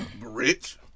Rich